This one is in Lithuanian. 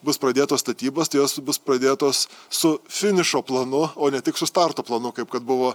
bus pradėtos statybos tai jos bus pradėtos su finišo planu o ne tik su starto planu kaip kad buvo